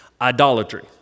Idolatry